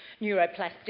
neuroplasticity